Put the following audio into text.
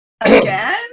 Again